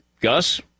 Gus